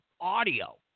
audio